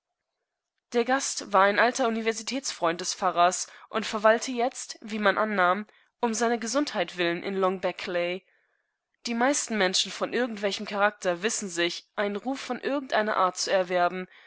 der gast war ein alter universitätsfreund des pfarrers und verweilte jetzt wie man annahm um seiner gesundheit willen in long beckley die meisten menschen von irgendwelchem charakter wissen sich einen ruf von irgendeiner art zu erwerben